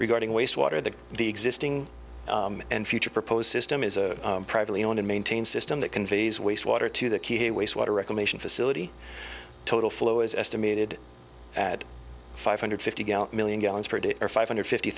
regarding waste water that the existing and future proposed system is a privately owned and maintained system that conveys waste water to the keep a waste water reclamation facility total flow is estimated at five hundred fifty million gallons per day or five hundred fifty